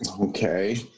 Okay